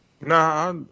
Nah